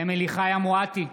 אמילי חיה מואטי,